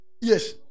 yes